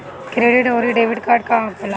Credit आउरी debit card का होखेला?